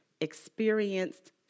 experienced